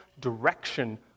direction